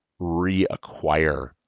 reacquire